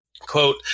quote